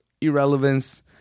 irrelevance